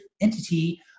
entity